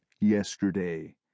yesterday